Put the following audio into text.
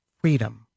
freedom